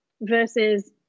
versus